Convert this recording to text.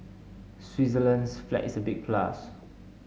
Switzerland's flag is a big plus